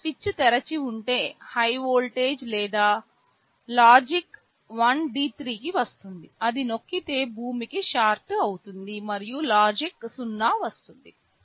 ఈ స్విచ్ తెరిచి ఉంటే హై వోల్టేజ్ లేదా లాజిక్ 1 D3 కి వస్తుంది అది నొక్కితే భూమికి షార్ట్ అవుతుంది మరియు లాజిక్ 0 వస్తుంది